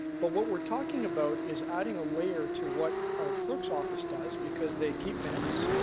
but what we are talking about is adding a layer to what our clerk's office does because they keep minutes,